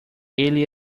ele